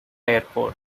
airport